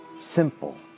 Simple